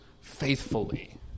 faithfully